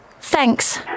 Thanks